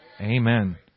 Amen